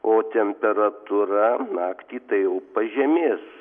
o temperatūra naktį tai jau pažemės